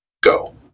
Go